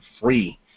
free